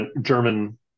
German